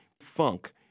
funk